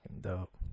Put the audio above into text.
dope